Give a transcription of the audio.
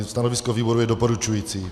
Stanovisko výboru je doporučující.